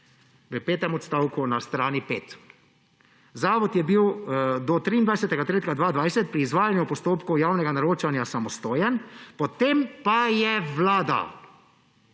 V petem odstavku na strani pet, »Zavod je bil do 23. marca 2020 pri izvajanju postopkov javnega naročanja samostojen, potem pa je Vlada